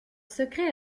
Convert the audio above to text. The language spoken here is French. secret